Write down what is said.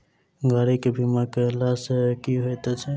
गाड़ी केँ बीमा कैला सँ की होइत अछि?